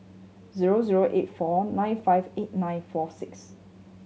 zero zero eight four nine five eight nine four six